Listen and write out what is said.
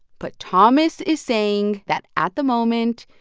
but thomas is saying that, at the moment,